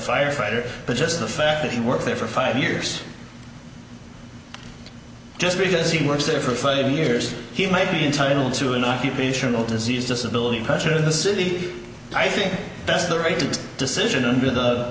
firefighter but just the fact that he worked there for five years just because he worked there for five years he might be entitled to an occupational disease disability culture in the city i think that's the right decision under the